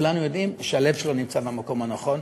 כולנו יודעים שהלב שלו נמצא במקום הנכון,